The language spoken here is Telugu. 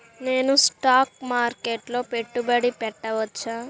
నేను స్టాక్ మార్కెట్లో పెట్టుబడి పెట్టవచ్చా?